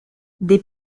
des